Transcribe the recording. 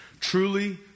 Truly